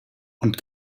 und